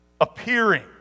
appearing